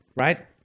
Right